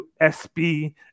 sb